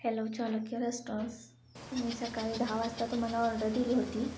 hello Chalukya restaurant मी सकाळी दहा वाजता तुम्हाला ऑर्डर दिली होती